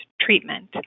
treatment